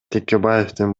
текебаевдин